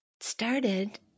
started